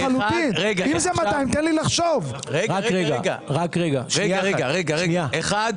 אם אלה 200 חברות, תן לי לחשוב.